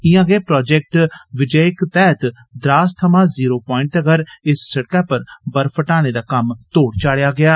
इयां गै प्रोजैक्ट विजयक तैहत द्रास थमां ज़ीरो प्वांइट तक्कर इस सिड़कै पर बर्फ हटाने दा कम्म तोड़ चाढ़ेया गेया